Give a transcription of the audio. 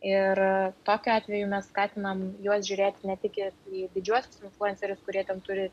ir tokiu atveju mes skatinam juos žiūrėti ne tik į didžiuosius influencerius kurie ten turi